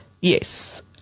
Yes